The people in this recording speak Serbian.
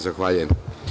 Zahvaljujem.